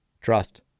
Trust